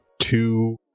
two